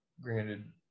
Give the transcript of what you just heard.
granted